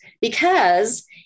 because-